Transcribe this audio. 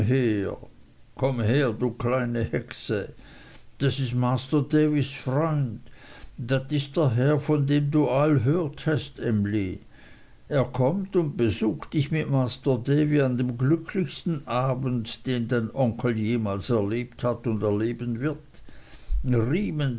komm her du kleine hexe das ist masr davys freund dat is der herr von dem du all hört hest emly er kommt und besucht dich mit masr davy an dem glücklichsten abend den dein onkel jemals erlebt hat und erleben wird riemen